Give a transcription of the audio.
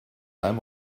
einem